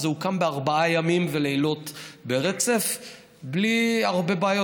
זה הוקם בארבעה ימים ולילות ברצף, בלי הרבה בעיות.